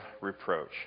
reproach